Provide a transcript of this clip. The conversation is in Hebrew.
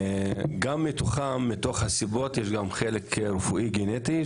חלק מהסיבות יש חלק שהוא רפואי גנטי,